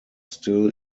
still